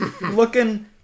Looking